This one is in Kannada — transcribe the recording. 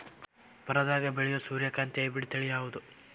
ಬರದಾಗ ಬೆಳೆಯೋ ಸೂರ್ಯಕಾಂತಿ ಹೈಬ್ರಿಡ್ ತಳಿ ಯಾವುದು?